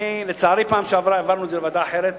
לצערי, בפעם שעברה העברנו את זה לוועדה אחרת.